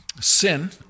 Sin